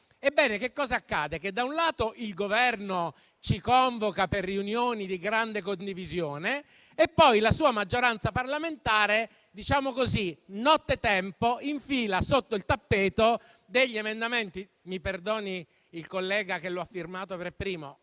Ebbene, che cosa accade? Da un lato, il Governo ci convoca per riunioni di grande condivisione e poi la sua maggioranza parlamentare nottetempo - diciamo così - infila sotto il tappeto degli emendamenti - mi perdoni il collega che lo ha firmato per primo